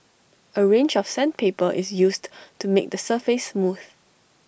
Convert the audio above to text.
A range of sandpaper is used to make the surface smooth